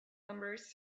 numbers